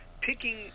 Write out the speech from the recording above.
picking